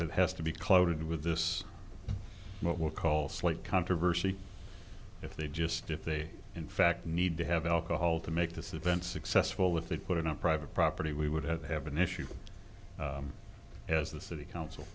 that has to be clouded with this what we call slight controversy if they just if they in fact need to have alcohol to make this event successful if they put it on private property we would have an issue as the city council